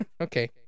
Okay